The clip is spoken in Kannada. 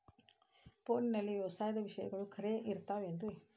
ಫೋನಲ್ಲಿ ವ್ಯವಸಾಯದ ವಿಷಯಗಳು ಖರೇ ಇರತಾವ್ ರೇ?